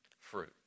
fruit